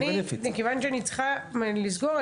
מכיוון שאני צריכה לסגור,